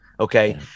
Okay